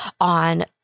on